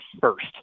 first